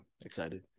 excited